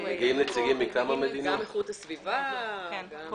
גם האיכות הסביבה וגם שקיפות.